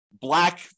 black